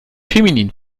feminin